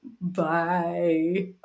Bye